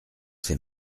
ses